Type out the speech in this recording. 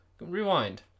rewind